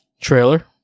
trailer